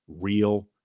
real